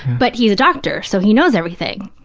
but he's a doctor, so he knows everything.